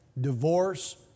divorce